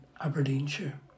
Aberdeenshire